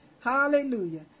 Hallelujah